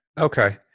Okay